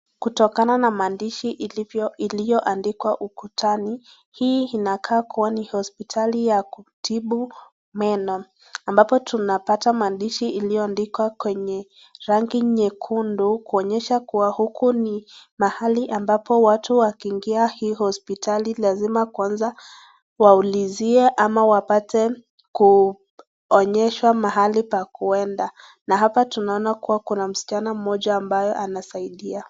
Kutokana na maandishi ilivyo, iliyo andikwa ukutani, hii inakaa kuwa ni hospitali ya kutibu meno. Ambapo tunapata maandishi iliyo andikwa kwenye rangi nyekundu, kuonyesha kuwa huku ni mahali ambapo watu wakiingia hii hospitali lazima kwanza waulizie ama wapate kuonyesha mahali pa kwenda. Na hapa tunaona kuwa kuna msichana moja ambayo anasaidia.